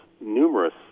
numerous